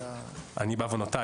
בעוונותיי,